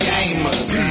Gamers